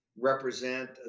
Represent